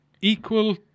equal